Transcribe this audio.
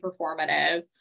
performative